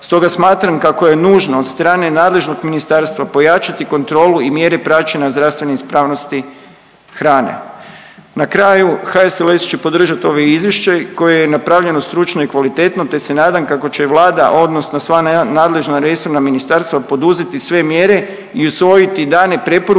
Stoga smatram kako je nužno od strane nadležnog ministarstva pojačati kontrolu i mjere praćenja zdravstvene ispravnosti hrane. Na kraju, HSLS će podržati ovo izvješće koje je napravljeno stručno i kvalitetno, te se nadam kako će Vlada odnosno sva nadležna i resorna ministarstva poduzeti sve mjere i usvojiti dane preporuke